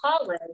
college